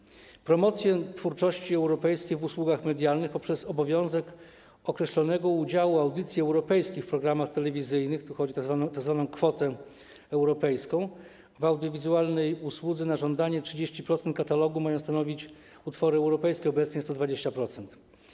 Obejmuje także promocję twórczości europejskiej w usługach medialnych poprzez obowiązek określonego udziału audycji europejskich w programach telewizyjnych, chodzi o tzw. kwotę europejską - w audiowizualnej usłudze na żądanie 30% katalogu mają stanowić utwory europejskie, obecnie jest to 20%.